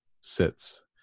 sits